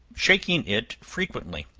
shaking it frequently.